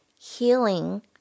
healing